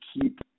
keep